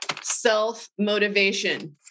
self-motivation